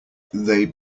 they